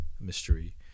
mystery